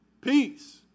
Peace